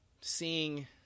seeing